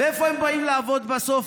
ואיפה הם באים לעבוד בסוף?